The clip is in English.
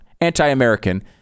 anti-American